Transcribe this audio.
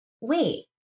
wait